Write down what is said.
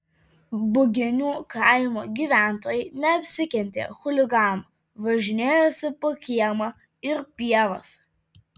buginių kaimo gyventojai neapsikentė chuliganų važinėjosi po kiemą ir pievas